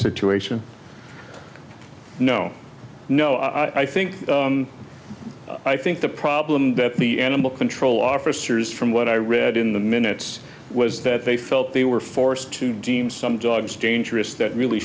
situation no no i think i think the problem that me animal control officers from what i read in the minutes was that they felt they were forced to deem some dogs dangerous that really